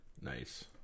Nice